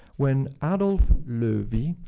when adolph loewi,